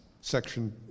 section